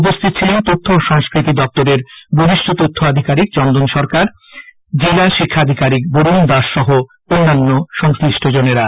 উপস্হিত ছিলেন তথ্য ও সংস্কৃতি দপ্তরের বরিষ্ঠ তথ্য আধিকারিক চন্দন সরকার জেলা শিক্ষা আধিকারিক বরুণ দাস সহ অন্যান্য বিশিষ্ট জনেরা